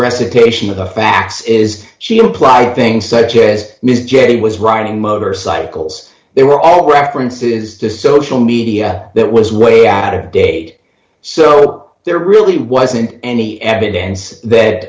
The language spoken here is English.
recitation of the facts is she implied things such as ms j was riding motorcycles they were all references to social media that was way out of date so there really wasn't any evidence that